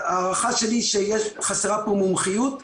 ההערכה שלי היא שחסרה פה מומחיות.